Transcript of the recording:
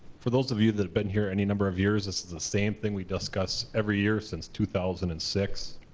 for those of you that have been here any number of years, this is the same thing we discussed every year since two thousand and six.